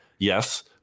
Yes